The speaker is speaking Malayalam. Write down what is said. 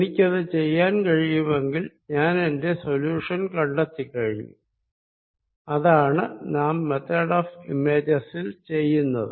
എനിക്കത് ചെയ്യാൻ കഴിയുമെങ്കിൽ ഞാനെന്റെ സൊല്യൂഷൻ കണ്ടെത്തിക്കഴിഞ്ഞു അതാണ് നാം മെത്തേഡ് ഓഫ് ഇമേജസിൽ ചെയ്യുന്നത്